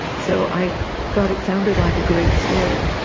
so i thought it sounded like a great story.